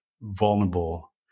vulnerable